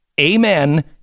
Amen